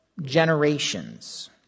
generations